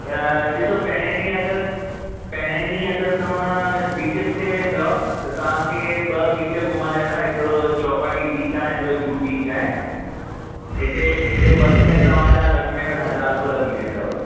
ॾिसो पहिरें ॾींहुं अगरि तव्हां बीचीस ते वेंदव त तव्हांखे ॿ बीच घुमाईंदा हिक चौपाटी बीच आहे ऐं ॿियो जूहु बीच आहे हिते हिते बस में तव्हां जा घटि में घटि हज़ार रुपया लॻी वेंदव